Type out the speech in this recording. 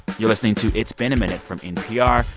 you're listening to it's been a minute from npr.